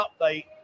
update